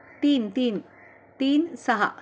तीन तीन तीन सहा